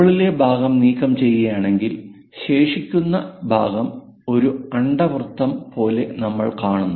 മുകളിലെ ഭാഗം നീക്കം ചെയ്യകയാണെങ്കിൽ ശേഷിക്കുന്ന ഭാഗം ഒരു അണ്ഡവൃത്തം പോലെ നമ്മൾ കാണുന്നു